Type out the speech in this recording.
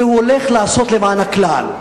והוא הולך לעשות למען הכלל,